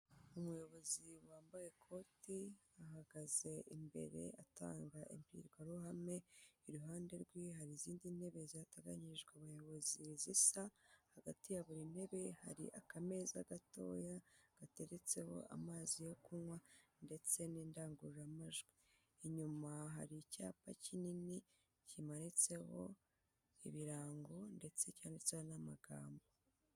Umuyobozi wambaye ikoti, ahagaze imbere atanga imbwirwaruhame, iruhande rwe hari izindi ntebe zateganyirijwe abayobozi zisa, hagati yabo buri ntebe hari akameza gatoya gateretseho amazi yo kunywa ndetse n'indangururamajwi, inyuma hari icyapa kinini kimanitseho ibirango ndetse cyane cyane n'amagambo.